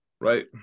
Right